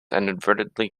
inadvertently